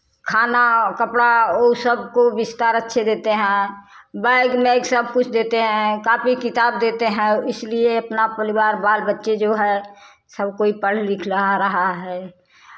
खाना कपड़ा ओ सबको विस्तार अच्छे देते हैं बैग नैग सब कुछ देते हैं कॉपी किताब देते हैं इसलिए अपना परिवार बाल बच्चे जो हैं सब कोई पढ़ लिख लहा रहा है